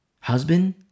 Husband